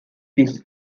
this